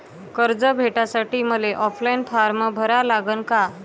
कर्ज भेटासाठी मले ऑफलाईन फारम भरा लागन का?